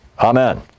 Amen